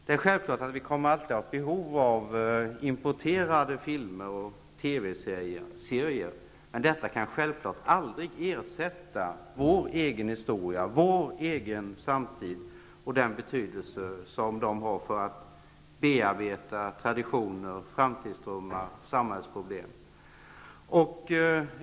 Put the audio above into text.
Det är självklart att vi alltid kommer att ha behov av importerade filmer och TV-serier, men dessa kan ju aldrig beskriva vår egen historia, vår egen samtid och få samma betydelse som de har för att bearbeta traditioner, framtidsdrömmar och samhällsproblem.